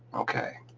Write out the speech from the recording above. okay,